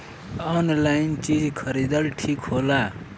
Online चीज खरीदल ठिक होला?